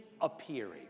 appearing